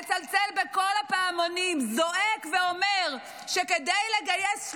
מצלצל בכל הפעמונים זועק ואומר שכדי לגייס